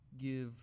give